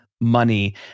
money